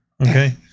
Okay